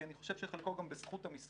כי אני חושב שחלקו גם בזכות המשרד,